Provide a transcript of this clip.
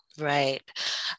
Right